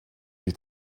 die